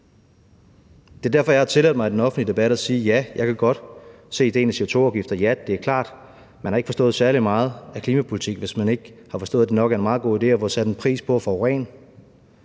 Det er derfor, jeg i den offentlige debat har tilladt mig at sige: Ja, jeg kan godt se ideen med CO2-afgifter. Ja, det er klart, at har man ikke forstået særlig meget af klimapolitikken, hvis man ikke har forstået, at det nok er en meget god idé at få sat en pris på at forurene.